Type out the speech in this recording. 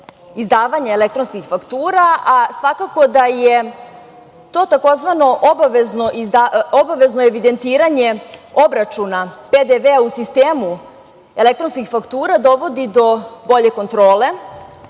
izdavanja elektronskih faktura, a svakako da to tzv. obavezno evidentiranje obračuna PDV-a u sistemu elektronskih faktura dovodi do bolje kontrole,